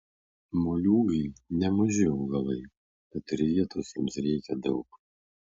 moliūgai nemaži augalai tad ir vietos jiems reikia daug